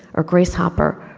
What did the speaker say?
or grace hopper,